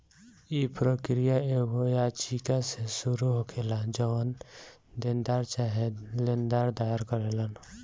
इ प्रक्रिया एगो याचिका से शुरू होखेला जवन देनदार चाहे लेनदार दायर करेलन